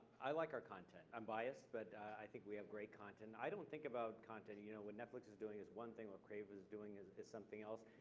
i like our content. i'm biased, but i think we have great content. i don't think about content. you know what netflix is doing is one thing, what crave is doing is is something else,